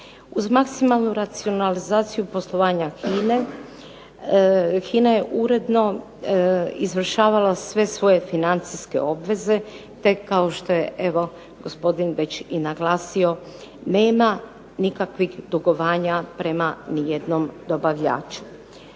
Uz maksimalnu racionalizaciju poslovanja HINA-e, HINA je uredno izvršavala sve svoje financijske obveze, te kao što je evo gospodin već i naglasio nema nikakvih dugovanja prema ni jednom dobavljaču.